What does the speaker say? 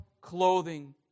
clothing